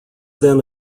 then